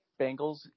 Bengals